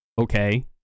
okay